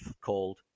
called